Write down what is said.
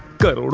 go